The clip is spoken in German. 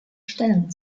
stellen